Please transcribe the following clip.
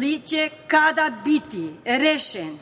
li će i kada biti rešeno